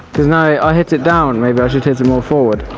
because now i hit it down. maybe i should hit it more forward.